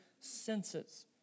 senses